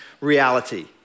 reality